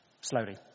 slowly